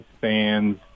fans